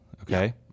Okay